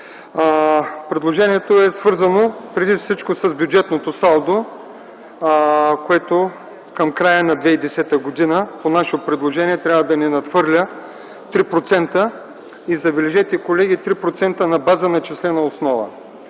Дянков. То е свързано преди всичко с бюджетното салдо, което към края на 2010 г. по наше предложение не трябва да надхвърля 3%. Забележете, колеги – 3% на база начислена основа.